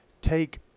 take